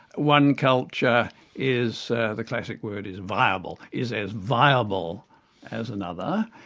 one culture is the classic word is viable, is as viable as another.